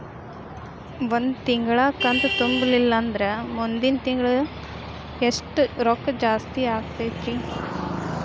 ಒಂದು ತಿಂಗಳಾ ಕಂತು ತುಂಬಲಿಲ್ಲಂದ್ರ ಮುಂದಿನ ತಿಂಗಳಾ ಎಷ್ಟ ರೊಕ್ಕ ಜಾಸ್ತಿ ಆಗತೈತ್ರಿ?